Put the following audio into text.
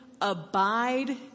abide